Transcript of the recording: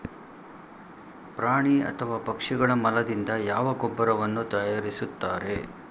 ಪ್ರಾಣಿ ಅಥವಾ ಪಕ್ಷಿಗಳ ಮಲದಿಂದ ಯಾವ ಗೊಬ್ಬರವನ್ನು ತಯಾರಿಸುತ್ತಾರೆ?